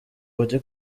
bajye